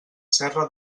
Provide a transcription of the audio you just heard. serra